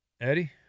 Eddie